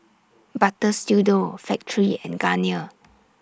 Butter Studio Factorie and Garnier